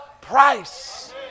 price